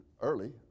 early